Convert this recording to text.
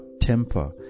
temper